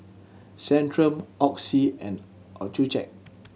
Centrum Oxy and Accucheck